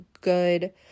good